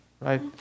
right